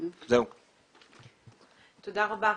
תודה רבה.